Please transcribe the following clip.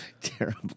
Terrible